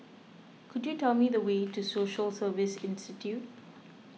could you tell me the way to Social Service Institute